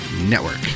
network